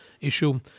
issue